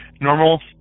Normal